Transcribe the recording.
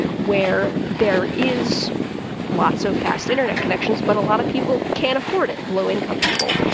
where there is lots of fast internet connections, but a lot of people can't afford it low-income people.